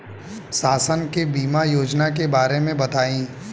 शासन के बीमा योजना के बारे में बताईं?